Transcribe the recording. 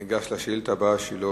ניגש לשאילתא הבאה, שלא